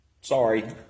Sorry